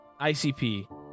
icp